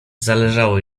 zależało